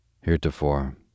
Heretofore